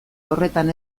horretan